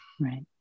right